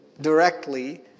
directly